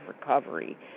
recovery